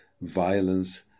violence